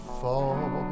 fall